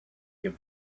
give